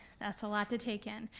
that's a lot to take in,